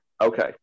Okay